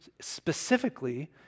specifically